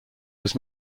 was